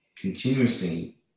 continuously